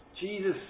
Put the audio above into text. Jesus